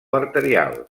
arterial